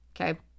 okay